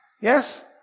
Yes